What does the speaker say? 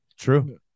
True